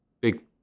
big